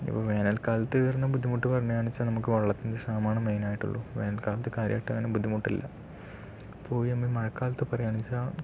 വേനൽകാലത്തു വരുന്ന ബുദ്ധിമുട്ട് പറയുകയാണ് വെച്ചാൽ നമുക്ക് വെള്ളത്തിൻ്റെ ക്ഷാമമാണ് മെയിനായിട്ടുള്ളൂ വേനൽകാലത്ത് കാര്യമായിട്ട് അങ്ങനെ ബുദ്ധിമുട്ടില്ല അപ്പോഴാണ് നമ്മൾ മഴക്കാലത്തെ പറയുകയാണ് വെച്ചാൽ